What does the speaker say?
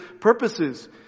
purposes